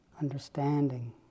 understanding